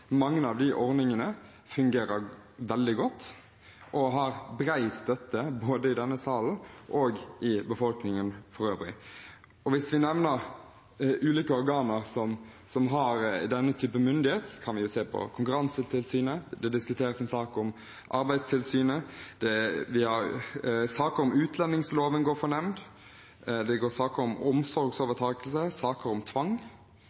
mange av ordningene fungerer veldig godt og har bred støtte, både i denne salen og i befolkningen for øvrig. Av ulike organer som har denne typen myndighet, kan vi nevne Konkurransetilsynet. Det diskuteres en sak om Arbeidstilsynet. Saker om utlendingsloven går for nemnd. Det går saker om omsorgsovertakelse, saker om tvang.